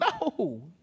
No